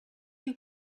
you